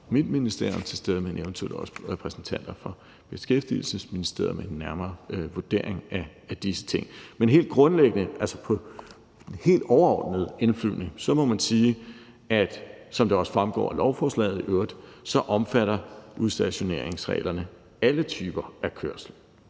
mit ministerium til stede, men eventuelt også repræsentanter for Beskæftigelsesministeriet med en nærmere vurdering af disse ting. Men helt grundlæggende ud fra en helt overordnet indflyvning må man sige, som det også fremgår af lovforslaget i øvrigt, at udstationeringsreglerne omfatter alle typer af kørsel.